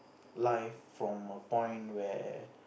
life from a point where